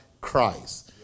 Christ